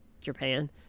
Japan